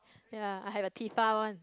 ya I have a Tefal one